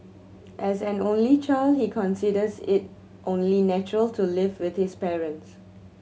as an only child he considers it only natural to live with his parents